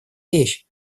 вещь